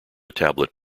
tablet